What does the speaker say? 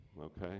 okay